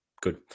Good